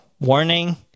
warning